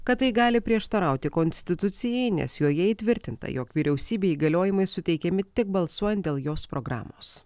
kad tai gali prieštarauti konstitucijai nes joje įtvirtinta jog vyriausybei įgaliojimai suteikiami tik balsuojant dėl jos programos